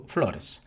Flores